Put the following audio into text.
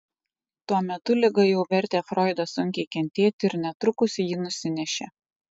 tuo metu liga jau vertė froidą sunkiai kentėti ir netrukus jį nusinešė